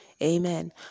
Amen